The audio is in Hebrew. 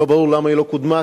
לא ברור למה היא לא קודמה,